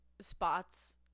spots